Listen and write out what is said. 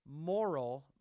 moral